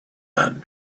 had